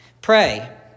Pray